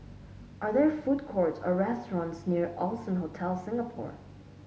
are there food courts or restaurants near Allson Hotel Singapore